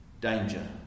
Danger